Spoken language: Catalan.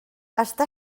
està